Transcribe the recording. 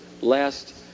last